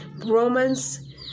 Romans